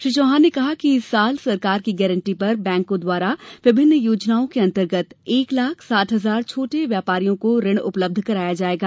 श्री चौहान ने कहा कि इस वर्ष सरकार की गांरटी पर बैकों द्वारा विभिन्न योजनाओं के अंतर्गत एक लाख साठ हजार छोटे व्यापारियों को ऋण उपलब्ध कराया जाएगा